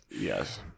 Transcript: Yes